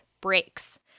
breaks